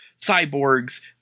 cyborgs